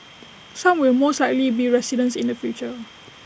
some will most likely be residents in the future